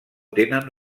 tenen